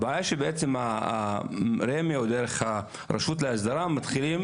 הבעיה היא שבעצם רמ"י או דרך הרשות להסדרה מתחילים